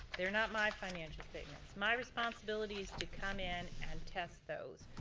they're not my financial statements. my responsibility is to come in and test those.